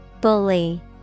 Bully